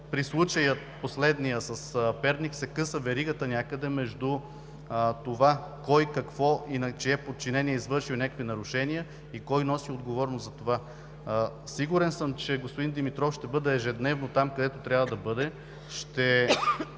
случай – с Перник, се къса някъде веригата между това кой, какво и на чие подчинение е извършил някакви нарушения и кой носи отговорност за това. Сигурен съм, че господин Димитров ще бъде ежедневно там, където трябва да бъде,